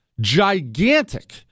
gigantic